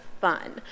fun